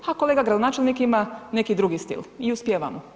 A kolega gradonačelnik ima neki drugi stil i uspijeva mu.